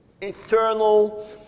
eternal